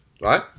right